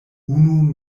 unu